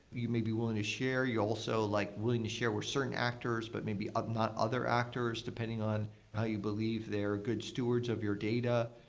you may be willing to share. you'll also like willing to share with certain actors, but maybe ah not other actors, depending on how you believe they're good stewards of your data.